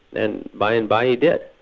and by and by he did.